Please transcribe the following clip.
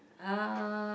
uh